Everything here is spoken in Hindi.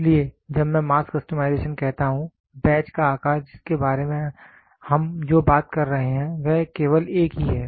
इसलिए जब मैं मास कस्टमाइजेशन कहता हूं बैच का आकार जिसके बारे में हम जो बात कर रहे हैं वह केवल एक ही है